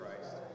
Christ